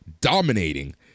dominating